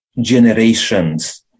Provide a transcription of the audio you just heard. generations